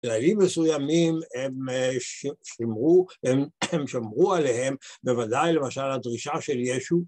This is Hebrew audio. כללים מסוימים הם שמרו עליהם בוודאי למשל הדרישה של ישו